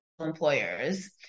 employers